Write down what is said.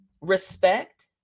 respect